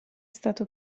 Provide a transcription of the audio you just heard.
stato